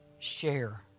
Share